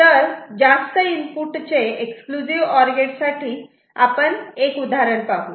तर जास्त इनपुटचे एक्सक्लुझिव्ह ऑर गेट साठी आपण एक उदाहरण पाहू